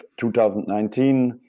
2019